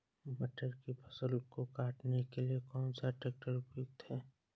मटर की फसल को काटने के लिए कौन सा ट्रैक्टर उपयुक्त है?